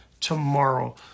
tomorrow